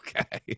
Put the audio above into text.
okay